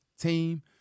team